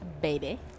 baby